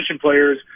players